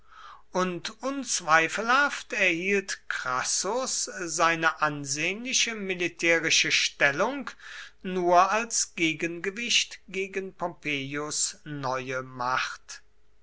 und unzweifelhaft erhielt crassus seine ansehnliche militärische stellung nur als gegengewicht gegen pompeius neue macht